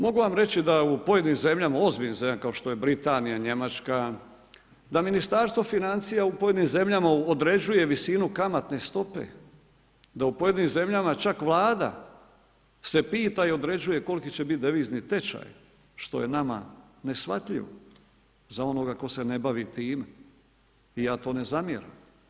Mogu vam reći da u pojedinim zemljama, ozbiljnim zemljama kao što je Britanija, Njemačka, da Ministarstvo financija u pojedinim zemljama određuje visinu kamatne stope, da u pojedinim zemljama čak Vlada se pita i određuje koliki će biti devizni tečaj, što je nama neshvatljivo, za onoga tko se ne bavi tim i ja to ne zamjeram.